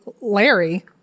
Larry